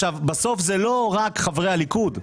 בסוף זה לא רק חברי הליכוד.